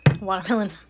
watermelon